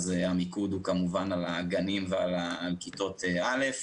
המיקוד הוא כמובן על הגנים ועל כיתות א'